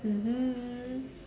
mmhmm